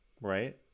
right